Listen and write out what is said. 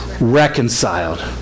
Reconciled